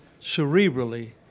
cerebrally